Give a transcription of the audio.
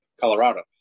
Colorado